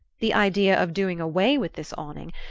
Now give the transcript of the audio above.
the idea of doing away with this awning,